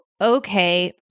okay